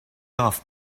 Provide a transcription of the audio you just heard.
off